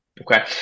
okay